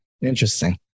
Interesting